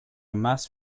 mass